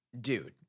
Dude